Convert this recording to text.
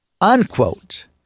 unquote